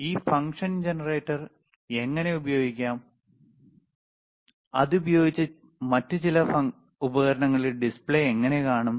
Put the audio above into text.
ഇപ്പോൾ ഈ function generator എങ്ങനെ ഉപയോഗിക്കാം athupayogichu മറ്റ് ചില ഉപകരണങ്ങളിൽ ഡിസ്പ്ലേ എങ്ങനെ കാണും